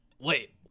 Wait